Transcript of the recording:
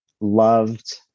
loved